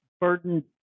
burden